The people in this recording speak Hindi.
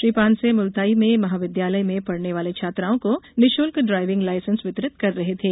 श्री पांसे मुलताई में महाविद्यालय में पढ़ने वाली छात्राओं को निशुल्क ड्रायविंग लाइसेंस वितरित कर रहे थे